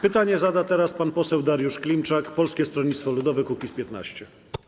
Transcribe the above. Pytanie zada teraz pan poseł Dariusz Klimczak, Polskie Stronnictwo Ludowe - Kukiz15.